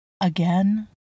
Again